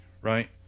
right